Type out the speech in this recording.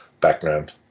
background